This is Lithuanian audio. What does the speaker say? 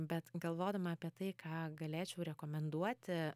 bet galvodama apie tai ką galėčiau rekomenduoti